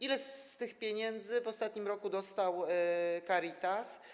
ile z tych pieniędzy w ostatnim roku dostał Caritas.